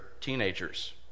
teenagers